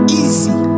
easy